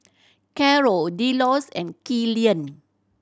Caro Delos and Killian